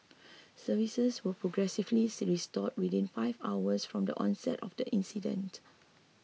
services were progressively restored within five hours from the onset of the incident